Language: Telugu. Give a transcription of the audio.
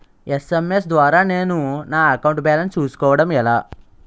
ఎస్.ఎం.ఎస్ ద్వారా నేను నా అకౌంట్ బాలన్స్ చూసుకోవడం ఎలా?